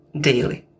daily